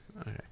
Okay